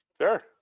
Sure